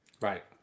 Right